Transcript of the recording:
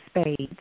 spades